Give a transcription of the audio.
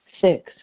Six